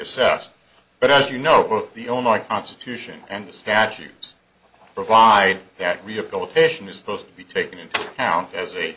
assessed but as you know the only constitution and the statutes provide that rehabilitation is supposed to be taken into account as a